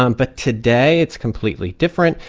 um but today, it's completely different.